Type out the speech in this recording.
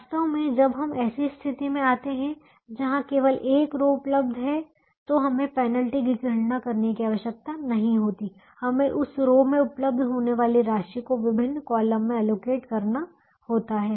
वास्तव में जब हम ऐसी स्थिति में आते हैं जहां केवल एक रो उपलब्ध होती है तो हमें पेनल्टी की गणना करने की आवश्यकता नहीं होती है हमें उस रो में उपलब्ध होने वाली राशि को विभिन्न कॉलम में अलोकेट करना होता है